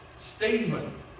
Stephen